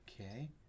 okay